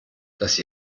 dass